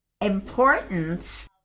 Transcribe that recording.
importance